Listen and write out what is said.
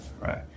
right